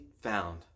found